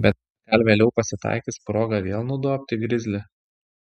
bet gal vėliau pasitaikys proga vėl nudobti grizlį